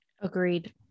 Agreed